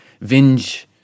Vinge